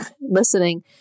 listening